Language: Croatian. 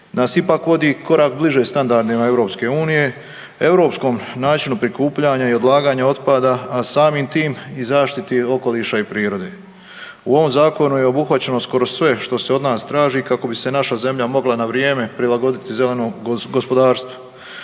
nas ipak vodi korak bliže standardima EU, europskom načinu prikupljanja i odlaganja otpada, a samim tim i zaštiti okoliša i prirode. U ovom zakonu je obuhvaćeno skoro sve što se od nas traži kako bi se naša zemlja mogla na vrijeme prilagoditi zelenom gospodarstvu.